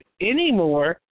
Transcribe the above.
anymore